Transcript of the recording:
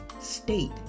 state